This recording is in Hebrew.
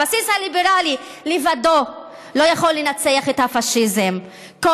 הבסיס הליברלי לבדו לא יכול לנצח את הפאשיזם כל